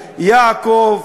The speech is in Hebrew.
יעקב,